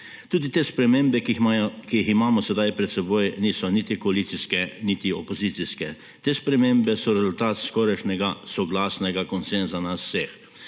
Tudi te spremembe, ki jih imamo sedaj pred seboj, niso niti koalicijske niti opozicijske. Te spremembe so rezultat skorajšnjega soglasnega konsenza nas vseh.